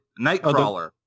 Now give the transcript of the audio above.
nightcrawler